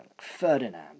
Ferdinand